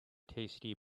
tasty